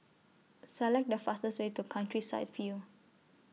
Select The fastest Way to Countryside View